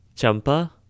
Champa